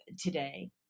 today